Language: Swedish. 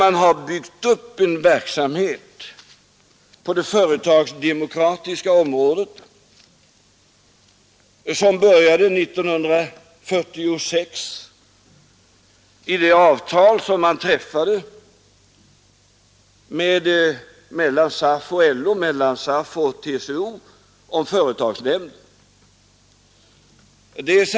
Man har byggt upp en verksamhet på det företagsdemokratiska området. Det började 1946 med det avtal som träffades mellan SAF och LO respektive TCO om företagsnämnder.